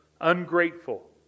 Ungrateful